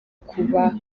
kuba